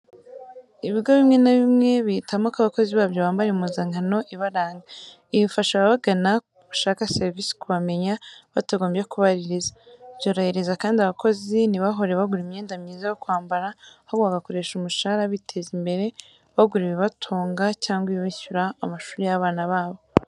Ibigo bimwe na bimwe bihitamo ko abakozi babyo bambara impuzankano ibaranga, ibi bifasha ababagana bashaka serivisi kubamenya batagombye kubaririza, byorohereza kandi abakozi ntibahore bagura imyenda myiza yo kwambara, ahubwo bagakoresha umushahara biteza imbere, bagura ibibatunga cyangwa bishyura amashuri y'abana babo.